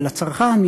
אבל הצרכן,